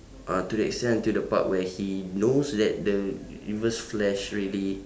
uh to the extent until the part where he knows that the r~ reverse flash really